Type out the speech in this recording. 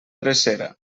drecera